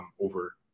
over